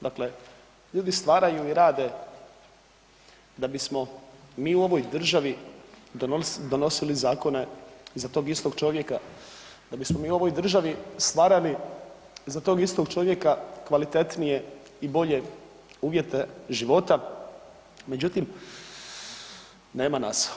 Dakle, ljudi stvaraju i rade da bismo mi u ovoj državi donosili zakone za tog istog čovjeka, da bismo mi u ovoj državi stvarali za tog istog čovjeka kvalitetnije i bolje uvjete života međutim, nema nas.